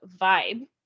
vibe